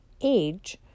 age